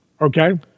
Okay